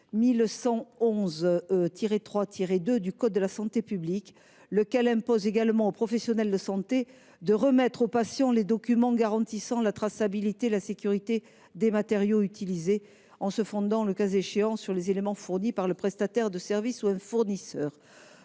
L. 1111 3 2 du code de la santé publique. Cet article impose également au professionnel de santé de remettre au patient « les documents garantissant la traçabilité et la sécurité des matériaux utilisés, en se fondant le cas échéant sur les éléments fournis par un prestataire de services ou un fournisseur